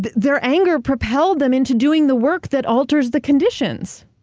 but their anger propelled them into doing the work that alters the conditions.